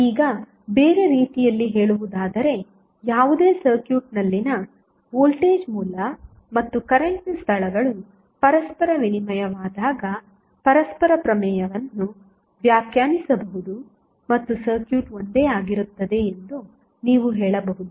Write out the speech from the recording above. ಈಗ ಬೇರೆ ರೀತಿಯಲ್ಲಿ ಹೇಳುವುದಾದರೆ ಯಾವುದೇ ನೆಟ್ವರ್ಕ್ನಲ್ಲಿನ ವೋಲ್ಟೇಜ್ ಮೂಲ ಮತ್ತು ಕರೆಂಟ್ನ ಸ್ಥಳಗಳು ಪರಸ್ಪರ ವಿನಿಮಯವಾದಾಗ ಪರಸ್ಪರ ಪ್ರಮೇಯವನ್ನು ವ್ಯಾಖ್ಯಾನಿಸಬಹುದು ಮತ್ತು ಸರ್ಕ್ಯೂಟ್ ಒಂದೇ ಆಗಿರುತ್ತದೆ ಎಂದು ನೀವು ಹೇಳಬಹುದು